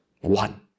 one